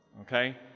Okay